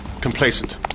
Complacent